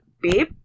babe